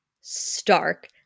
stark